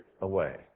away